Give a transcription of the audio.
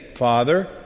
Father